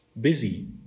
busy